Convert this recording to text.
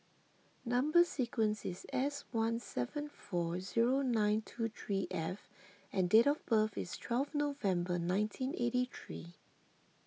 Number Sequence is S one seven four zero nine two three F and date of birth is twelve November nineteen eighty three